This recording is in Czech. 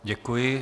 Děkuji.